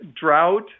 drought